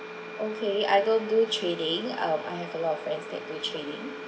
okay I don't do trading I'll I have a lot of friends that do trading